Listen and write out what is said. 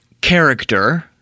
character